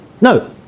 No